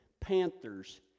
panthers